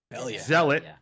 Zealot